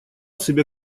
себе